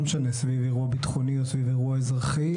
לא משנה סביב אירוע ביטחוני או סביב אירוע אזרחי?